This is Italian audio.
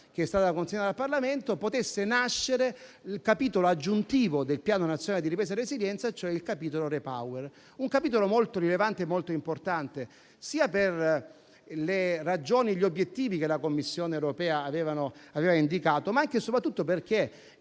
che è stata consegnata al Parlamento - potesse nascere il capitolo aggiuntivo del Piano nazionale di ripresa e resilienza, cioè quello dedicato a REPowerEU. Tale capitolo è molto rilevante, sia per le ragioni e gli obiettivi che la Commissione europea aveva indicato, ma anche e soprattutto perché